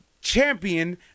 champion